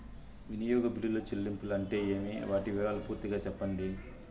వినియోగ బిల్లుల చెల్లింపులు అంటే ఏమి? వాటి వివరాలు పూర్తిగా సెప్పండి?